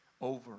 over